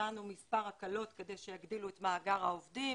ביצענו מספר הקלות כדי שיגדילו את מאגר העובדים.